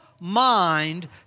mind